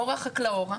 אורה חקלאורה.